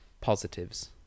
positives